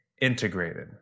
integrated